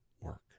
work